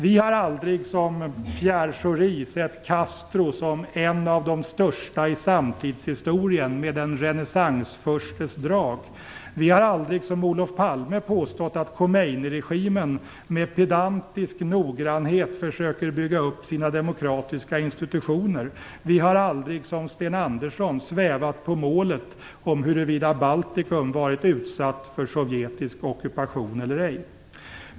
Vi har aldrig, som Pierre Schori, sett Castro som en "av de största i samtidshistorien - med en renässansfurstes drag". Vi har aldrig, som Olof Palme, påstått att Khomeiniregimen "med pedantisk noggrannhet försöker bygga upp sina demokratiska institutioner". Vi har aldrig, som Sten Andersson, svävat på målet om huruvida Baltikum varit utsatt för sovjetisk ockupation eller ej.